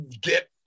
get